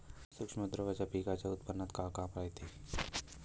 सूक्ष्म द्रव्याचं पिकाच्या उत्पन्नात का काम रायते?